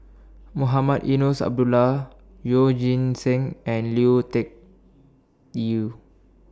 Mohamed Eunos Abdullah Yeoh Ghim Seng and Lui Tuck Yew